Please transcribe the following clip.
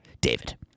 David